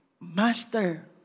Master